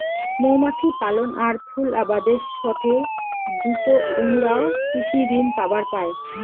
মৌমাছি পালন আর ফুল আবাদের সথে যুত উমরাও কৃষি ঋণ পাবার পায়